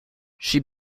she